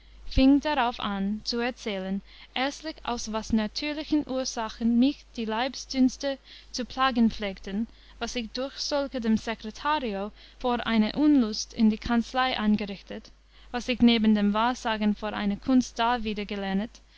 darauf an zu erzählen erstlich aus was natürlichen ursachen mich die leibsdünste zu plagen pflegten was ich durch solche dem secretario vor eine unlust in die kanzlei angerichtet was ich neben dem wahrsagen vor eine kunst